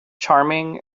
charming